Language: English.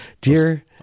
Dear